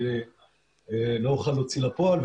אני לא אוכל להוציא לפועל,